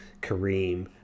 Kareem